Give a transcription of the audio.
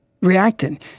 reacting